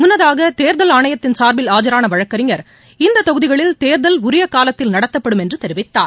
முன்னதாக தேர்தல் ஆணையத்தின் சார்பில் ஆஜரான வழக்கறிஞர் இந்தத் தொகுதிகளில் தேர்தல் உரிய காலத்தில் நடத்தப்படும் என்று தெரிவித்தார்